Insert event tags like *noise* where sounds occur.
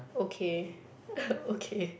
okay *laughs* okay